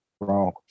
wrong